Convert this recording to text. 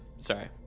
sorry